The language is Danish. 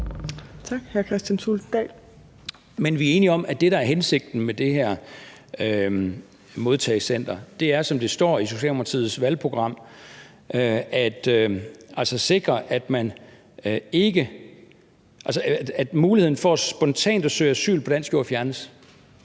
vi er enige om, at det, der er hensigten med det her modtagecenter, er, som det står i Socialdemokratiets valgprogram: Muligheden for spontant at søge asyl på dansk jord fjernes.